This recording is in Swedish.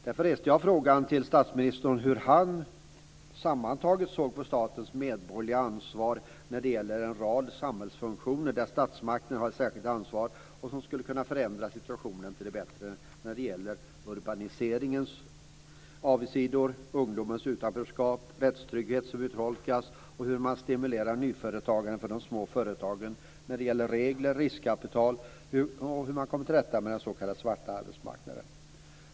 Därför reste jag frågan till statsministern om hur han sammantaget såg på statens medborgerliga ansvar när det gäller en rad samhällsfunktioner där statsmakten har ett särskilt ansvar och på vad som skulle kunna förändra situationen till det bättre när det gäller urbaniseringens avigsidor, ungdomens utanförskap, rättstryggheten som urholkas och hur man stimulerar nyföretagande för de små företagen i fråga om bl.a. regler, riskkapital och hur man kommer till rätta med den s.k. svarta arbetsmarknaden.